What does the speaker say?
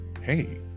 hey